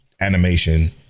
animation